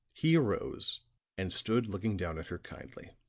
he arose and stood looking down at her kindly.